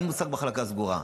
אין מושג של מחלקה סגורה,